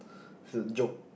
is a joke